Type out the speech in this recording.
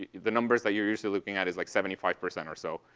the numbers that you're usually looking at is like seventy five percent or so.